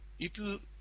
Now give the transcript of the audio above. if you